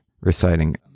reciting